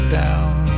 down